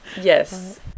yes